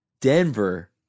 Denver